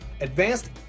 advanced